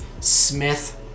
Smith